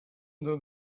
though